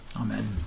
Amen